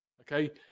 okay